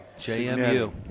JMU